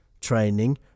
training